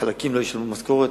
חלקים לא ישלמו משכורת,